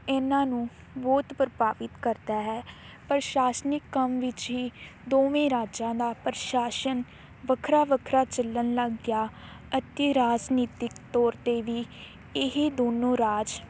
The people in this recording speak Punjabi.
ਇਹਨਾਂ ਨੂੰ ਬਹੁਤ ਪ੍ਰਭਾਵਿਤ ਕਰਦਾ ਹੈ ਪ੍ਰਸ਼ਾਸਨਿਕ ਕੰਮ ਵਿੱਚ ਹੀ ਦੋਵੇਂ ਰਾਜਾਂ ਦਾ ਪ੍ਰਸ਼ਾਸਨ ਵੱਖਰਾ ਵੱਖਰਾ ਚੱਲਣ ਲੱਗ ਗਿਆ ਅਤੇ ਰਾਜਨੀਤਿਕ ਤੌਰ 'ਤੇ ਵੀ ਇਹ ਦੋਨੋਂ ਰਾਜ